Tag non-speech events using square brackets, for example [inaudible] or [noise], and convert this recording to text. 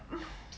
[breath]